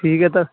ٹھیک ہے تب